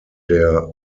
der